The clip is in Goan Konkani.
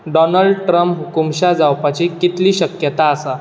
डॉनल्ड ट्रंप हुकूशाह जावपाची कितली शक्यताय आसा